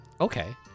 Okay